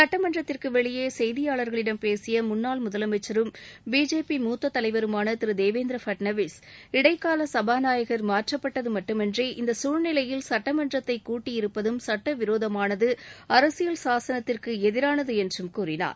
சுட்டமன்றத்திற்கு வெளியே செய்தியாளர்களிடம் பேசிய முன்னாள் முதலமைச்சரும் பிஜேபி மூத்த தலைவருமான திரு தேவேந்திர பட்னவிஸ் இடைக்கால சபாநாயகர் மாற்றப்பட்டது மட்டுமன்றி இந்தச் சூழ்நிலையில் சுட்டமன்றத்தை கூட்டியிருப்பதும் சுட்டவிரோதமானது அரசியல் சாசனத்திற்கு எதிரானது என்றும் கூறினார்